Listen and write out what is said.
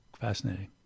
fascinating